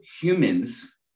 humans